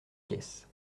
caisse